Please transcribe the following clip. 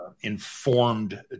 informed